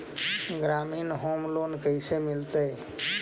ग्रामीण home loan कैसे मिलतै?